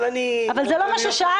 אבל זה לא מה ששאלתי.